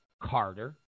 Carter